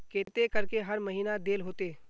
केते करके हर महीना देल होते?